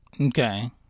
Okay